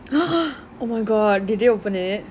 oh my god did they open it